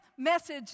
message